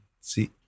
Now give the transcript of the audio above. see